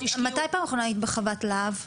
מתי בפעם האחרונה היית בחוות להב?